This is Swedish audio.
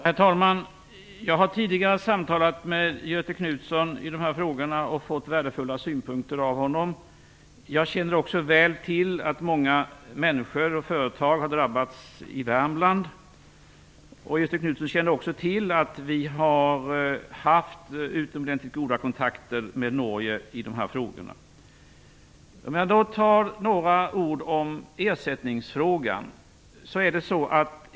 Herr talman! Jag har tidigare samtalat med Göthe Knutson i de här frågorna och fått värdefulla synpunkter av honom. Jag känner också väl till att många människor och företag har drabbats i Värmland. Göthe Knutson vet också att vi har haft utomordentligt goda kontakter med Norge i de här frågorna. Jag kan säga några ord om ersättningsfrågan.